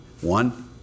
One